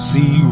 See